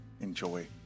enjoy